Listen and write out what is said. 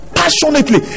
passionately